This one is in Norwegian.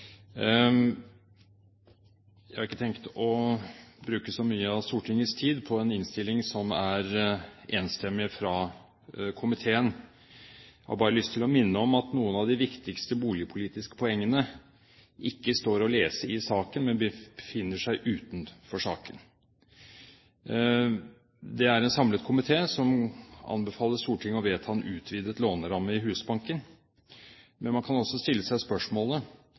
Jeg har ikke tenkt å bruke så mye av Stortingets tid på en enstemmig innstilling fra komiteen. Jeg har bare lyst til å minne om at noen av de viktigste boligpolitiske poengene ikke står å lese i saken, men befinner seg utenfor den. Det er en samlet komité som anbefaler Stortinget å vedta en utvidet låneramme i Husbanken. Men man kan også stille seg spørsmålet